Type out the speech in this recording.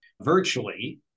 virtually